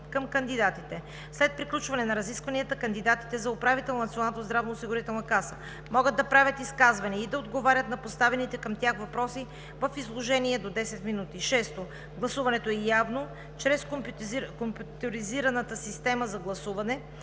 към кандидатите. 5. След приключване на разискванията кандидатите за управител на Националната здравноосигурителна каса могат да правят изказвания и да отговарят на поставените към тях въпроси в изложение до 10 минути. 6. Гласуването е явно чрез компютризираната система за гласуване.